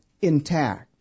intact